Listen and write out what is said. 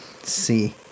see